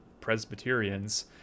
presbyterians